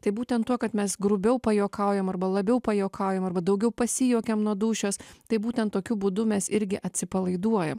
tai būtent tuo kad mes grubiau pajuokaujam arba labiau pajuokaujam arba daugiau pasijuokiam nuo dūšios tai būtent tokiu būdu mes irgi atsipalaiduojam